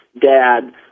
dad